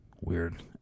Weird